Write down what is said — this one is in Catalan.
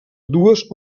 dues